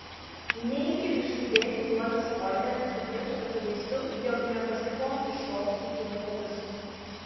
neigi užsidėti juodas kojines kad būtų akivaizdu jog ne basikom iššokusi į batelius